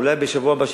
אולי בשבוע הבא,